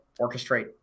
orchestrate